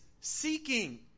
seeking